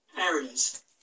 areas